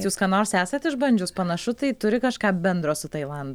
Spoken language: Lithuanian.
jūs ką nors esat išbandžius panašu tai turi kažką bendro su tailandu